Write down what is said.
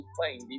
playing